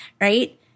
right